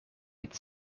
het